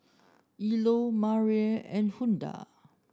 Eola and Huldah